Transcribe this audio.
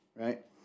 right